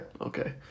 Okay